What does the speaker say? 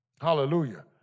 Hallelujah